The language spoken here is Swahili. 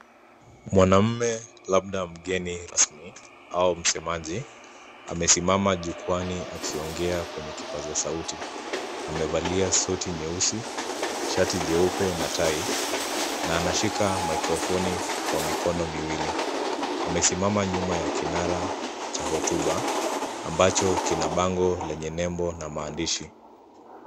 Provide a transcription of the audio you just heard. Mwanaume labda mgeni rasmi au msemaji amesimama jukwani akiongea kwenye kipaza sauti amevalia suti nyeusi shati jeupe na tai na anashika mikrofoni kwa mikono miwili amesimama nyuma ya kinara cha hotuba ambacho kina bango lenye nembo na maandishi.